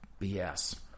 BS